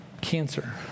Cancer